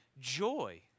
joy